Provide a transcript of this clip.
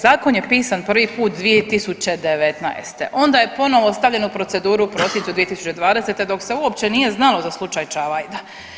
Zakon je pisan prvi put 2019., onda je ponovo stavljen u proceduru u prosincu 2020. dok se uopće nije znalo za slučaj Čavajda.